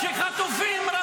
אתם ממשיכים בהאשמות שווא.